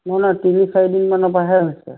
নাই নাই তিনি চাৰিদিনমান পৰাহে হৈছে